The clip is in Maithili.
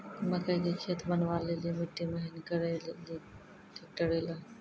मकई के खेत बनवा ले ली मिट्टी महीन करे ले ली ट्रैक्टर ऐलो?